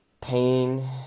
pain